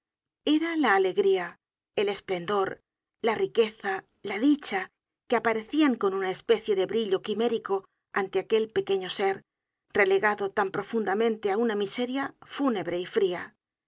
era la alegría el esplendor la riqueza la dicha que aparecian con una especie de brillo quimérico ante aquel pequeño ser relegado tan profundamente á una miseria fúnebre y fria